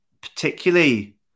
particularly